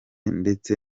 ndetse